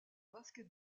basket